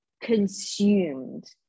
consumed